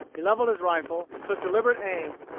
he levelled his rifle, took deliberate aim,